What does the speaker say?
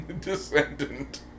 descendant